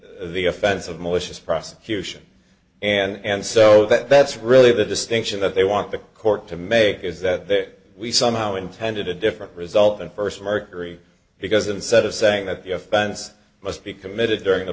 the offense of malicious prosecution and so that's really the distinction that they want the court to make is that we somehow intended a different result than first mercury because instead of saying that the offense must be committed during